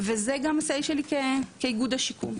וזה גם ה- Say שלי כאיגוד השיקום.